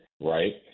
right